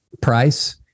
price